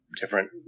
different